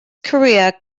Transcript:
korea